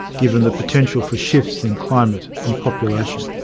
given the potential for shifts in climate and population.